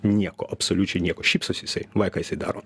nieko absoliučiai nieko šypsosi jisai va ką jisai daro